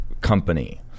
company